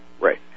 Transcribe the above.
Right